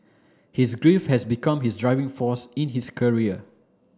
his grief has become his driving force in his career